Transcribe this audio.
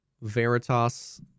veritas